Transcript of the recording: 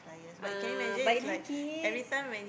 uh but nine kids